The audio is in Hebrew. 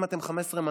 אם אתם 15 מנדטים,